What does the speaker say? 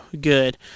Good